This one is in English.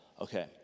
okay